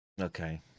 okay